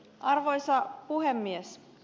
arvoisa puhemies